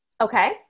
okay